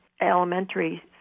elementary